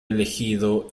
elegido